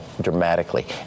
dramatically